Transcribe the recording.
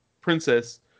princess